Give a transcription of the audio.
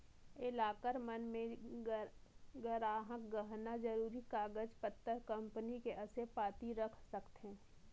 ये लॉकर मन मे गराहक गहना, जरूरी कागज पतर, कंपनी के असे पाती रख सकथें